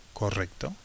correcto